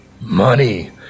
Money